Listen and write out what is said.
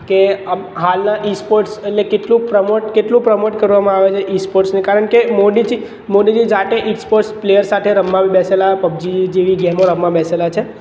કે અપ હાલના ઇ સ્પોર્ટ્સ એટલે કેટલું પ્રમોટ કેટલું પ્રમોટ કરવામાં આવે છે ઇ સ્પોર્ટ્સને કારણકે મોદીજી મોદીજી જાતે ઇ સ્પોર્ટ્સ પ્લેયર સાથે રમવા બી બેસેલા પબજી જેવી ગેમો રમવા બેસેલા છે